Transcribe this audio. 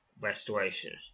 restoration